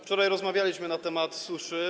Wczoraj rozmawialiśmy na temat suszy.